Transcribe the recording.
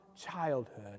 childhood